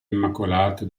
immacolata